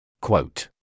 Quote